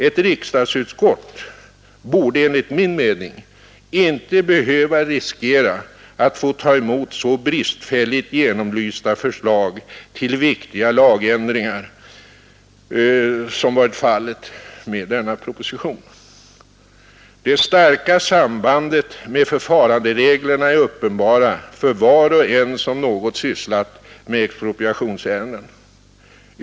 Ett riksdagsutskott borde enligt min mening inte behöva riskera att få ta emot så bristfälligt genomlysta förslag till viktiga lagändringar som varit fallet med denna proposition. Det starka sambandet med förfarandereglerna är uppenbara för var och en som något sysslat med expropriationsärenden.